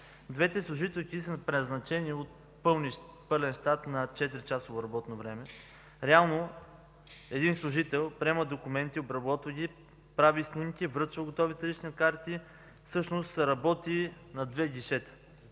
Двете служителки са преназначени от пълен щат на 4-часово работно време. Реално един служител приема документи, обработва ги, прави снимки, връчва готовите лични карти, всъщност работи на две гишета,